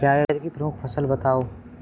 जायद की प्रमुख फसल बताओ